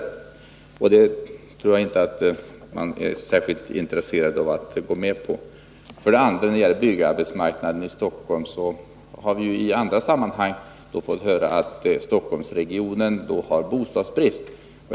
Det tror jag inte att man är särskilt intresserad av att gå med på. För det andra har vi när det gäller byggarbetsmarknaden i Stockholm fått höra i andra sammanhang att Stockholmsregionen har bostadsbrist.